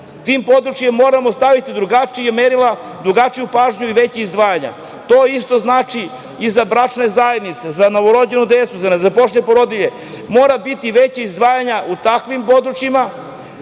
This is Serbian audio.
tim područjem moramo staviti drugačija merila, drugačiju pažnju i veća izdvajanja. To isto znači i za bračne zajednice, za novorođenu decu, za ne zapošljene porodilje mora biti veća izdvajanja u takvim područjima,